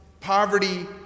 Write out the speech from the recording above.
poverty